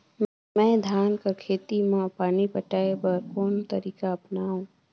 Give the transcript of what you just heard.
मैं धान कर खेती म पानी पटाय बर कोन तरीका अपनावो?